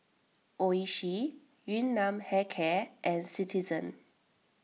Oishi Yun Nam Hair Care and Citizen